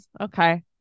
Okay